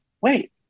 wait